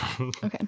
okay